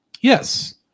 Yes